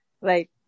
Right